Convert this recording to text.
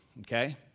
okay